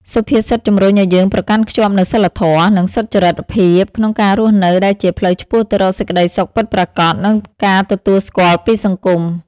សុភាសិតជំរុញឱ្យយើងប្រកាន់ខ្ជាប់នូវសីលធម៌ និងសុចរិតភាព ក្នុងការរស់នៅ ដែលជាផ្លូវឆ្ពោះទៅរកសេចក្តីសុខពិតប្រាកដ និងការទទួលស្គាល់ពីសង្គម។